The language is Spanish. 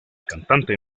cantante